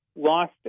lost